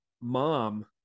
mom